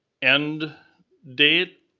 end date,